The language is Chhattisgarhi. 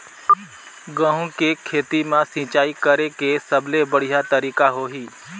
गंहू के खेती मां सिंचाई करेके सबले बढ़िया तरीका होही?